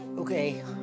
Okay